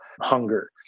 hunger